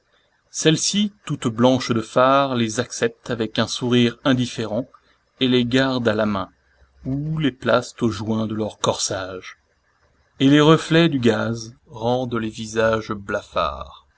celles-ci toutes blanches de fard les acceptent avec un sourire indifférent et les gardent à la main ou les placent au joint de leur corsage et les reflets du gaz rendent les visages blafards